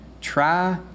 Try